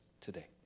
today